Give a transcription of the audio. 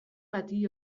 bati